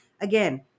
again